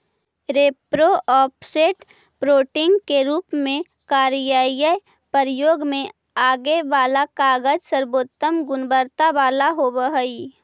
repro, offset, printing के रूप में कार्यालयीय प्रयोग में आगे वाला कागज सर्वोत्तम गुणवत्ता वाला होवऽ हई